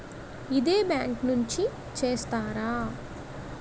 ఇదే బ్యాంక్ నుంచి చేస్తారా?